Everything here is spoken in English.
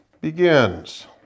begins